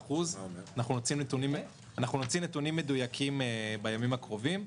7% אנחנו נוציא נתונים מדויקים בימים הקרובים.